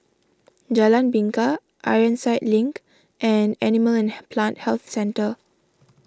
Jalan Bingka Ironside Link and Animal and Plant Health Centre